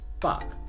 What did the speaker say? fuck